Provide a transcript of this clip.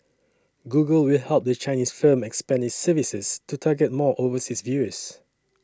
Google will help the Chinese firm expand services to target more overseas viewers